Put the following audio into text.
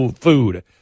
food